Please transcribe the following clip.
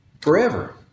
Forever